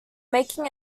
making